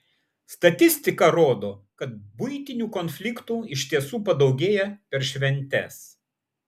statistika rodo kad buitinių konfliktų iš tiesų padaugėja per šventes